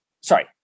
Sorry